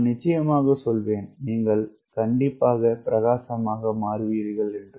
நான் நிச்சயமா சொல்வேன் நீங்கள் பிரகாசமாக மாறுவீர்கள் என்று